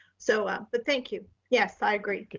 so, but thank you. yes. i agree.